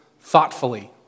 thoughtfully